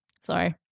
Sorry